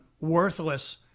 worthless